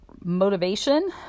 motivation